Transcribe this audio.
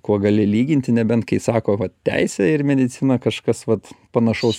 kuo gali lyginti nebent kai sako va teisė ir medicina kažkas vat panašaus